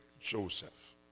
Joseph